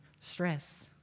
stress